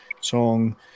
song